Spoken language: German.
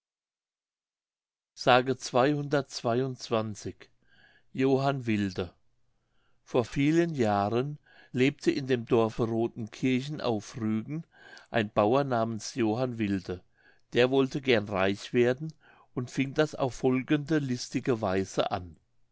s johann wilde vor vielen jahren lebte in dem dorfe rodenkirchen auf rügen ein bauer namens johann wilde der wollte gern reich werden und fing das auf folgende listige weise an